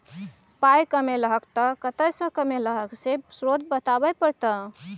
पाइ कमेलहक तए कतय सँ कमेलहक से स्रोत बताबै परतह